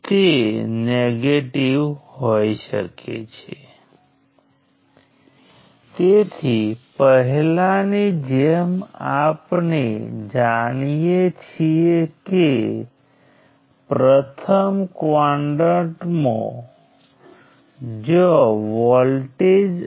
તેથી ઈન્ડિપેન્ડેન્ટ લૂપ્સની સંખ્યા ગણવા માટે આપણે જે કરીએ છીએ તે સૌ પ્રથમ ટ્રી તરીકે ઓળખાય છે